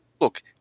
Look